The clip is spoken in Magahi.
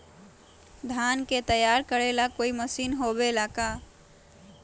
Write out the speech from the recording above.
धान के तैयार करेला कोई मशीन होबेला का?